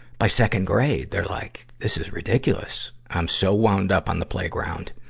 by second grade, they're like, this is ridiculous. i'm so wound up on the playground.